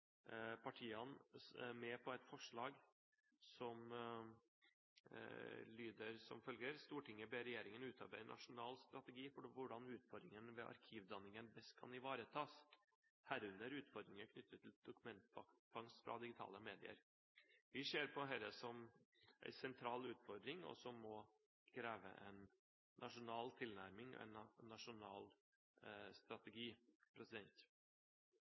et forslag som lyder: «Stortinget ber regjeringen utarbeide en nasjonal strategi for hvordan utfordringene ved arkivdanningen best kan ivaretas, herunder utfordringene knyttet til dokumentfangst fra digitale medier.» Vi ser på dette som en sentral utfordring som må kreve en nasjonal tilnærming, en nasjonal strategi.